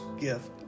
gift